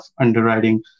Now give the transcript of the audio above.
underwriting